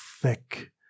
thick